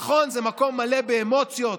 נכון, זה מקום מלא באמוציות,